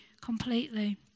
completely